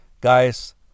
guys